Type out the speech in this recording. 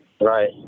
Right